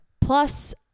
Plus